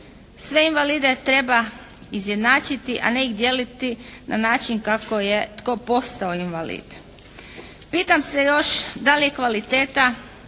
Sve invalide treba izjednačiti, a ne ih dijeliti na način kako je tko postao invalid. Pitam se još da li kvaliteta